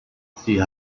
sie